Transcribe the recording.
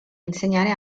insegnare